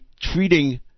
treating